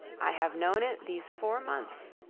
i have known it these four months.